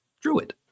druid